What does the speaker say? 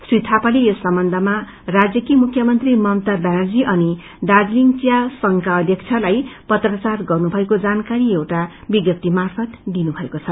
श्री थापाले यस सम्बन्धमा राज्यकी मुख्यमी मता व्यानर्जी अनि दार्जीलिङ चिया संघका अध्यक्षलाई पत्राचार गरि सक्नु भएको जानकारी एउटा विज्ञप्ती मार्फत दिनु भएको छ